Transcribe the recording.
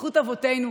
זכות אבותינו,